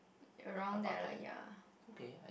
around there lah ya